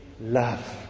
love